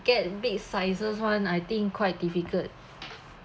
get big sizes [one] I think quite difficult